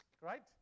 Right